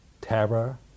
terror